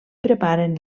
preparen